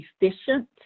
efficient